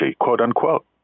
quote-unquote